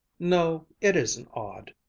no, it isn't odd,